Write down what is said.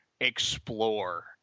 explore